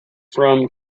from